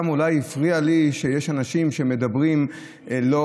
אולי הפריע גם לי שיש אנשים שמדברים לא